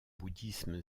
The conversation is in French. bouddhisme